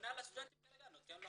מינהל הסטודנטים נותן לו.